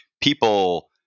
people